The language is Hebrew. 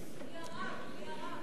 מי הרב?